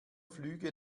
flüge